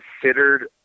considered